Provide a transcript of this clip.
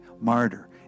martyr